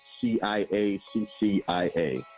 C-I-A-C-C-I-A